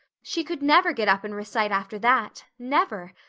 she could never get up and recite after that never.